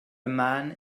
man